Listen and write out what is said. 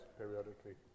periodically